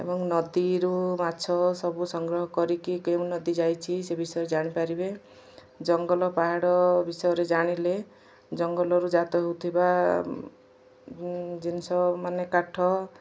ଏବଂ ନଦୀରୁ ମାଛ ସବୁ ସଂଗ୍ରହ କରିକି କେଉଁ ନଦୀ ଯାଇଛିି ସେ ବିଷୟରେ ଜାଣିପାରିବେ ଜଙ୍ଗଲ ପାହାଡ଼ ବିଷୟରେ ଜାଣିଲେ ଜଙ୍ଗଲରୁ ଜାତ ହଉଥିବା ଜିନିଷ ମାନେ କାଠ